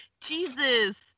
Jesus